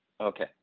okay